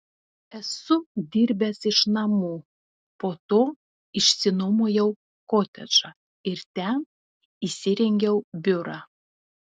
esu dirbęs iš namų po to išsinuomojau kotedžą ir ten įsirengiau biurą